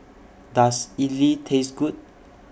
Does Idly Taste Good